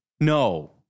No